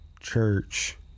church